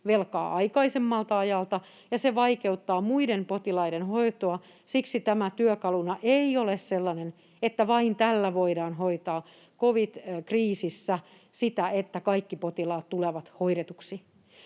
aikaisemmalta ajalta ja se vaikeuttaa muiden potilaiden hoitoa. Siksi tämä työkaluna ei ole sellainen, että vain tällä voidaan hoitaa covid-kriisissä sitä, että kaikki potilaat tulevat hoidetuiksi.